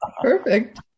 Perfect